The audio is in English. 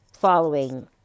following